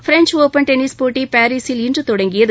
French open tennis போட்டி பாரீசில் இன்று தொடங்கியது